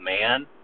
man